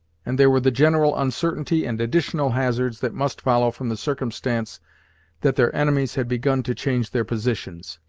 and there were the general uncertainty and additional hazards that must follow from the circumstance that their enemies had begun to change their positions.